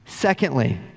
Secondly